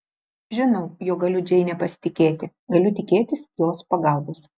žinau jog galiu džeine pasitikėti galiu tikėtis jos pagalbos